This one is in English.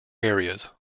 areas